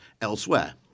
elsewhere